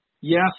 Yes